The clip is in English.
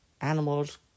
Animals